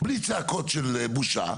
בלי צעקות של בושה,